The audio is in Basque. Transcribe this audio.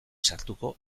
sartuko